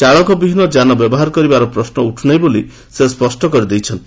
ଚାଳକବିହୀନ ଯାନ ବ୍ୟବହାର କରିବାର ପ୍ରଶ୍ନ ଉଠୁ ନାହିଁ ବୋଲି ସେ ସ୍ୱଷ୍ଟ କରି ଦେଇଛନ୍ତି